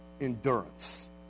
Endurance